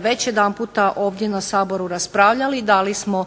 već jedanputa ovdje na Saboru raspravljali, dali smo